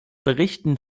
berichten